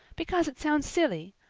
because it sounds silly.